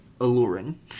Alluring